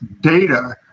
data